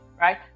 right